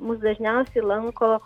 mus dažniausiai lanko